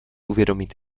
uvědomit